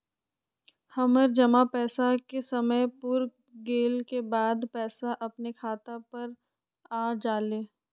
हमर जमा पैसा के समय पुर गेल के बाद पैसा अपने खाता पर आ जाले?